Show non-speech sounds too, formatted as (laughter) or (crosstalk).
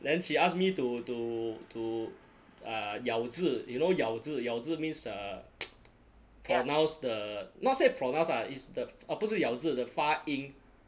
then she ask me to to to ah 咬字 you know 咬字咬字 means uh (noise) pronounce the not say pronounce ah is the opposite 咬字 the 发音